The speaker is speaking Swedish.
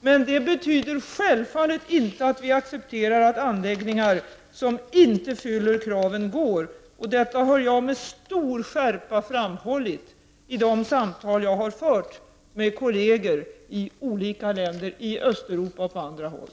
Men det betyder självfallet inte att vi accepterar att anläggningar som inte uppfyller kraven körs vidare, och detta har jag framhållit med stor skärpa i de samtal som jag har fört med kolleger i olika länder, i Östeuropa och på andra håll.